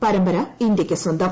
പരമ്പര ഇന്ത്യയ്ക്ക് സ്വന്തം